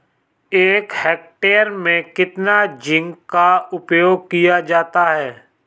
एक हेक्टेयर में कितना जिंक का उपयोग किया जाता है?